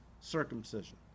circumcision